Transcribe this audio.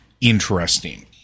interesting